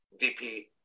DP